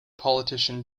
politician